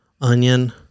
onion